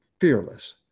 fearless